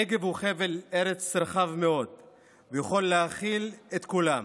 הנגב הוא חבל ארץ רחב מאוד ויכול להכיל את כולם